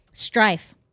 Strife